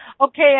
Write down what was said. Okay